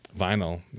vinyl